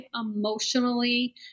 emotionally